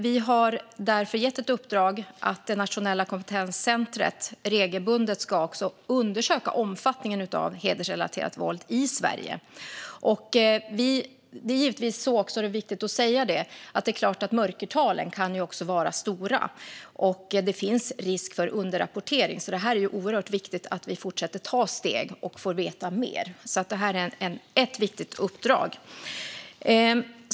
Vi har därför gett ett uppdrag till det nationella kompetenscentret att regelbundet undersöka omfattningen av det hedersrelaterade våldet i Sverige. Det är viktigt att säga att mörkertalen kan vara stora, och det finns risk för underrapportering. Därför är det oerhört viktigt att vi fortsätter ta steg och får veta mer om detta. Det här är alltså ett viktigt uppdrag.